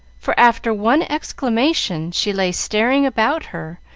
for, after one exclamation, she lay staring about her,